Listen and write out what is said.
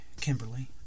Kimberly